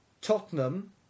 Tottenham